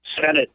Senate